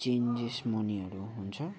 changes मनीहरू हुन्छ